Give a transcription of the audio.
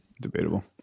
Debatable